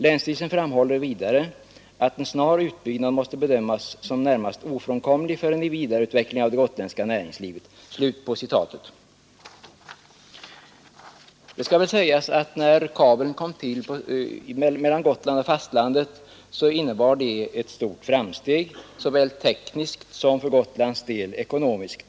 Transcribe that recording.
Länsstyrelsen framhåller vidare att en snar utbyggnad måste bedömas som närmast ofrånkomlig för en vidareutveckling av det gotländska näringslivet.” Det skall väl sägas att när kabeln mellan Gotland och fastlandet kom till innebar det ett stort framsteg såväl tekniskt som, för Gotlands del, ekonomiskt.